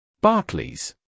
Barclays